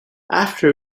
after